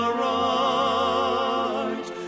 right